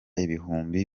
ibihumbi